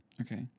okay